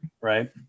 right